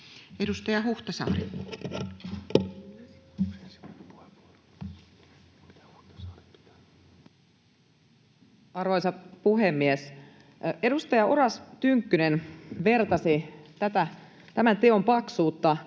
15:49 Content: Arvoisa puhemies! Edustaja Oras Tynkkynen vertasi tämän teoksen paksuutta